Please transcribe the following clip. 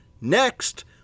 Next